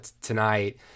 tonight